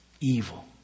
Evil